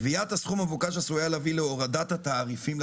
"גביית הסכום המבוקש עשויה להביא להורדת התעריפים לצרכן"